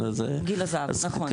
גיל הזהב, נכון.